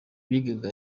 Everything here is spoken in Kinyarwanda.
bigaga